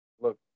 look